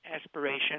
aspiration